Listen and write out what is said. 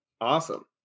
Awesome